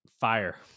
Fire